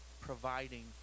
providing